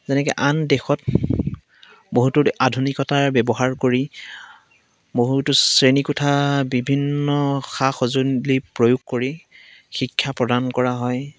যেনেকৈ আন দেশত বহুতো আধুনিকতাৰ ব্যৱহাৰ কৰি বহুতো শ্ৰেণীকোঠা বিভিন্ন সা সঁজুলি প্ৰয়োগ কৰি শিক্ষা প্ৰদান কৰা হয়